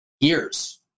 years